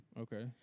Okay